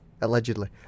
Allegedly